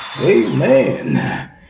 Amen